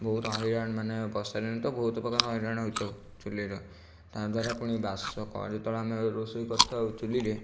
ବହୁତ ହଇରାଣ ମାନେ ବର୍ଷାଦିନେ ତ ବହୁତ ପ୍ରକାରର ହଇରାଣ ହେଇଥାଉ ଚୁଲିର ତା'ଦ୍ଵାରା ପୁଣି ବାସ କରି ତ ଆମେ ରୋଷେଇ କରିଥାଉ ଚୁଲିରେ